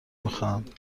میخواهند